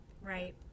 Right